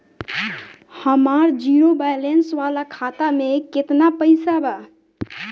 हमार zero balance वाला खाता में केतना पईसा बा?